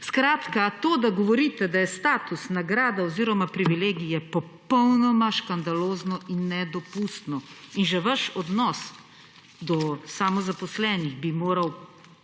ne vem. To, da govorite, da je status nagrada oziroma privilegij, je popolnoma škandalozno in nedopustno. Že vaš odnos do samozaposlenih bi moral pomeniti